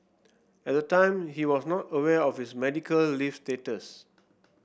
at the time he was not aware of his medical leave status